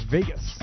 Vegas